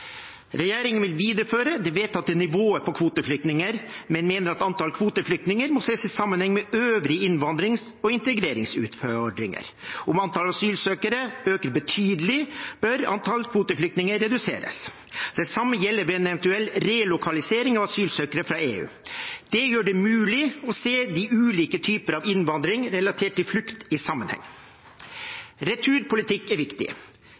Regjeringen vil videreføre det vedtatte nivået på antall kvoteflyktninger, men mener at antall kvoteflyktninger må ses i sammenheng med øvrige innvandrings- og integreringsutfordringer. Om antall asylsøkere øker betydelig, bør antall kvoteflyktninger reduseres. Det samme gjelder ved en eventuell relokalisering av asylsøkere fra EU. Det gjør det mulig å se de ulike typer av innvandring relatert til flukt, i sammenheng. Returpolitikk er viktig.